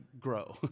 grow